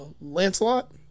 Lancelot